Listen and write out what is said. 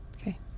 Okay